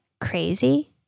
crazy